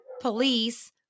police